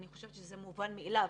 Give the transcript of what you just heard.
אני חושבת שזה מובן מאליו